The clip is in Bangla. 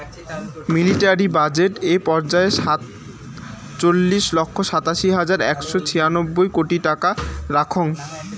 মিলিটারি বাজেট এ পর্যায়ে সাতচল্লিশ লক্ষ সাতাশি হাজার একশো ছিয়ানব্বই কোটি টাকা রাখ্যাং